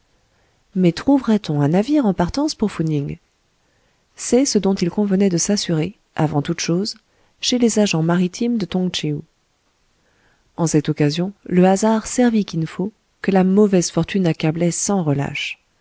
mais trouverait-on un navire en partance pour fou ning c'est ce dont il convenait de s'assurer avant toutes choses chez les agents maritimes de tong tchéou en cette occasion le hasard servit kin fo que la mauvaise fortune accablait sans relâche